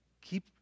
Keep